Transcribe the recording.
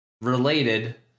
related